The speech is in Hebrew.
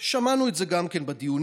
ושמענו את זה גם כן בדיונים.